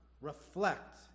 reflect